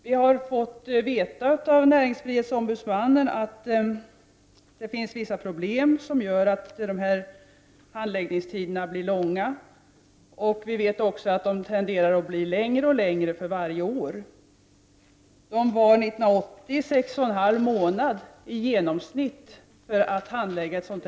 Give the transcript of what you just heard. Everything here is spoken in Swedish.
Vi har av näringsfrihetsombudsmannen fått veta att det finns vissa problem som gör att handläggningstiderna blir långa. Vi vet också att de tenderar att bli längre och längre för varje år. År 1980 tog det i genomsnitt 6,5 månader att handlägga ett ärende.